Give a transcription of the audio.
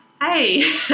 hey